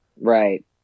Right